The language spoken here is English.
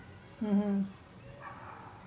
mmhmm